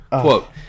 quote